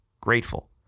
grateful